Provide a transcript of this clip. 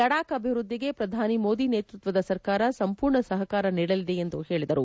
ಲಡಾಕ್ ಅಭಿವೃದ್ದಿಗೆ ಪ್ರಧಾನಿ ಮೋದಿ ನೇತೃತ್ವದ ಸರಕಾರ ಸಂಪೂರ್ಣ ಸಹಕಾರ ನೀಡಲಿದೆ ಎಂದು ಹೇಳಿದರು